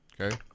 Okay